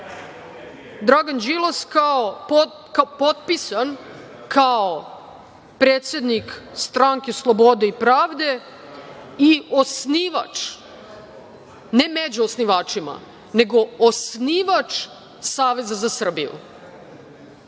Dragan Đilas potpisan kao predsednik Stranke slobode i pravde i osnivač, ne među osnivačima, nego osnivač Saveza za Srbiju. Dakle,